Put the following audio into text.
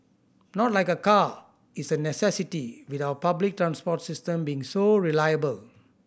not like a car is a necessity with our public transport system being so reliable